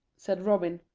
said robin.